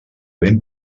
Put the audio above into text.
ben